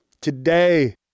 today